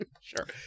Sure